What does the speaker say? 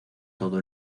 todo